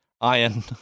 Iron